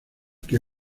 que